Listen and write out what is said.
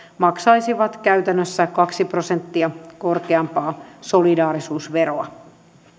maksaisivat käytännössä kaksi prosenttia korkeampaa solidaarisuusveroa